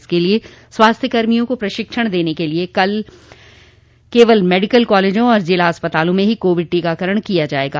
इसके लिये स्वास्थ्य कर्मियों को प्रशिक्षण देने के लिये कल केवल मेडिकल कॉलेजों तथा जिला अस्पतालों में ही कोविड टीकाकरण किया जायेगा